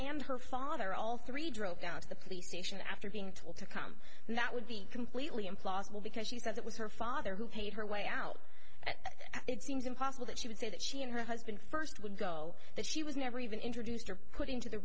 and her father all three drove down to the police station after being told to come now it would be completely implausible because she says it was her father who paid her way out and it seems impossible that she would say that she and her husband first would go that she was never even introduced or put into the